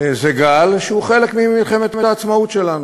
זה גל שהוא חלק ממלחמת העצמאות שלנו,